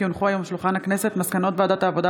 כי הונחו היום על שולחן הכנסת מסקנות ועדת העבודה